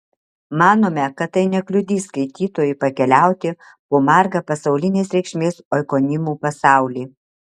manome kad tai nekliudys skaitytojui pakeliauti po margą pasaulinės reikšmės oikonimų pasaulį